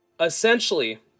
essentially